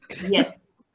Yes